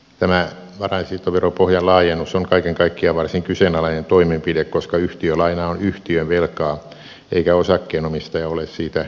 tämä varainsiirtoveropohjan laajennus on kaiken kaikkiaan varsin kyseenalainen toimenpide koska yhtiölaina on yhtiövelkaa eikä osakkeenomistaja ole siitä juridisesti vastuussa